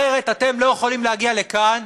אחרת אתם לא יכולים להגיע לכאן